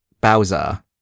Bowser